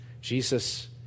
Jesus